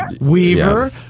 Weaver